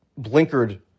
blinkered